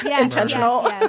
intentional